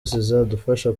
zizadufasha